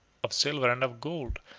of silver, and of gold,